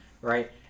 right